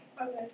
Okay